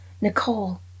Nicole